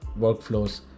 workflows